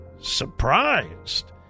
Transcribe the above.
surprised